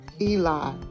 Eli